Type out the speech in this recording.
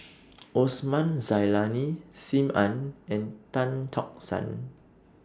Osman Zailani SIM Ann and Tan Tock San